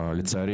שלך?